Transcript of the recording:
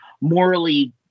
morally